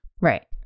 Right